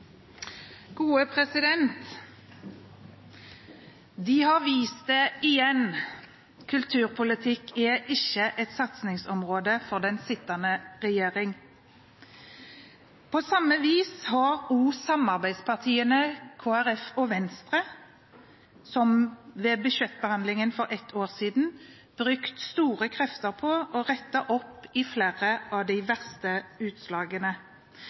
ikke et satsingsområde for den sittende regjering. På samme vis har også samarbeidspartiene Kristelig Folkeparti og Venstre – som ved budsjettbehandlingen for ett år siden – brukt store krefter på å rette opp i flere av de verste utslagene.